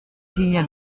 cligna